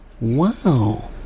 Wow